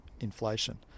inflation